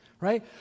right